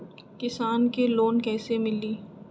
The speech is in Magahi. किसान के लोन कैसे मिली?